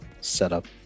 setup